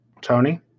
Tony